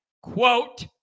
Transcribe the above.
quote